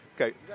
Okay